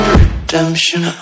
redemption